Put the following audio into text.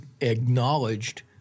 Acknowledged